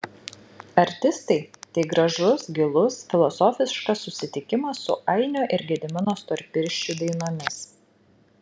artistai tai gražus gilus filosofiškas susitikimas su ainio ir gedimino storpirščių dainomis